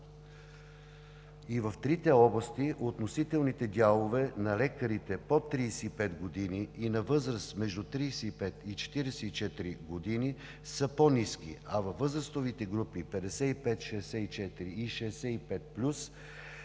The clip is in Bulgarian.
И в трите области относителните дялове на лекарите под 35 години и на възраст между 35 и 44 години са по-ниски, а във възрастовите групи 55 – 64 и 65 плюс са по-високи